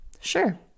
Sure